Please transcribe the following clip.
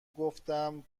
گفتم